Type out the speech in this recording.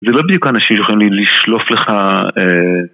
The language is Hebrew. זה לא בדיוק אנשים שיכולים לשלוף לך אה...